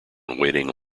waiting